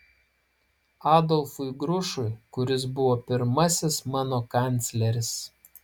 adolfui grušui kuris buvo pirmasis mano kancleris